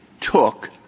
took